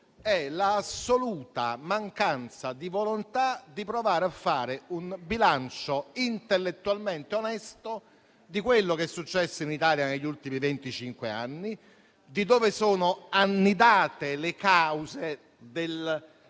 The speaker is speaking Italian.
è l'assoluta mancanza di volontà di provare a fare un bilancio, intellettualmente onesto, di quello che è successo in Italia negli ultimi venticinque anni e di dove sono annidate le cause